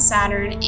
Saturn